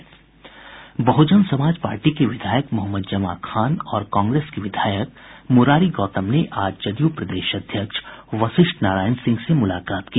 Bahujan Samaj party के विधायक मोहम्मद जमा खान और कांग्रेस के विधायक मुरारी गौतम ने आज जदयू प्रदेश अध्यक्ष वशिष्ठ नारायण सिंह से मुलाकात की